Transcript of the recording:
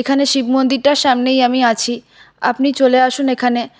এখানে শিব মন্দিরটার সামনেই আমি আছি আপনি চলে আসুন এখানে